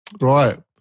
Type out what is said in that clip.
Right